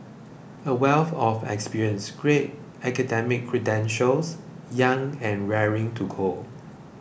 a wealth of experience great academic credentials young and raring to go